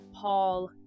Paul